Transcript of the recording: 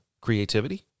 creativity